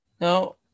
No